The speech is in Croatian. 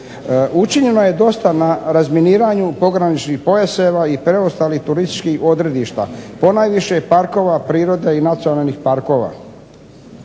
Učinjeno je dosta na razminiranju pograničnih pojaseva i preostalih turističkih odredišta, ponajviše parkova prirode i nacionalnih parkova.